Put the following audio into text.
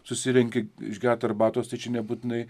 susirenki išgert arbatos tai čia nebūtinai